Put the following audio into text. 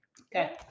Okay